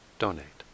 donate